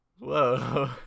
whoa